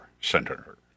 senator